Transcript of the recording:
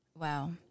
Wow